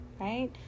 right